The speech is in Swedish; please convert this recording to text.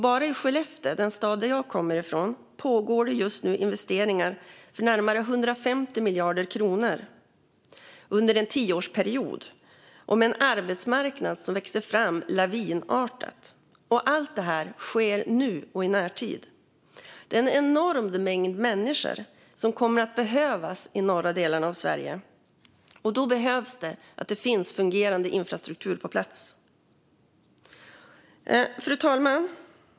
Bara i Skellefteå, den stad som jag kommer från, pågår just nu investeringar för närmare 150 miljarder kronor under en tioårsperiod, och en arbetsmarknad växer fram lavinartat. Allt detta sker nu och i närtid. Det kommer att behövas en enorm mängd människor i de norra delarna av Sverige, och då behöver det finnas fungerande infrastruktur på plats. Fru talman!